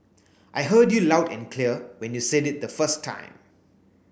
I heard you loud and clear when you said it the first time